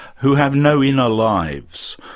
who have no inner lives.